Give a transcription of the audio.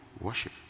worship